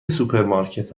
سوپرمارکت